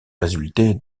résulter